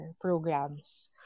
programs